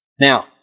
Now